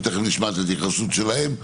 תיכף נשמע את ההתייחסות שלהם לעניין.